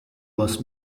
was